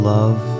love